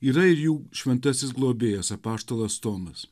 yra ir jų šventasis globėjas apaštalas tomas